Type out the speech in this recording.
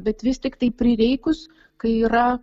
bet vis tiktai prireikus kai yra